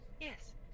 Yes